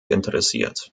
interessiert